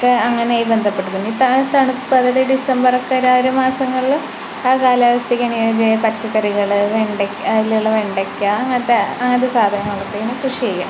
ഒക്കെ അങ്ങനെയായി ബന്ധപ്പെട്ട് പിന്നെ ഈ തണുപ്പ് അതായത് ഈ ഡിസംബറൊക്കെ ഒരാ ആ ഒരു മാസങ്ങളിൽ ആ കാലാവസ്ഥയ്ക്ക് അനുയോജ്യയായ പച്ചക്കറികൾ വെണ്ടയ്ക്ക അതിലുള്ള വെണ്ടയ്ക്ക അങ്ങനത്തെ അങ്ങനത്തെ സാധനങ്ങളൊക്കെ കൃഷി ചെയ്യും